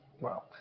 Wow